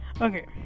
Okay